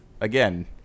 Again